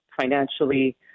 financially